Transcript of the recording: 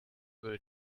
will